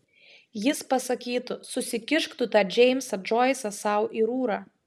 jis pasakytų susikišk tu tą džeimsą džoisą sau į rūrą